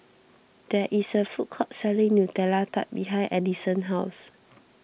there is a food court selling Nutella Tart behind Addison's house